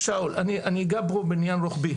שאול אני אגע בעניין רוחבי,